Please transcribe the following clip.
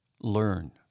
learn